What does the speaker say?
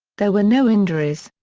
there were no injuries.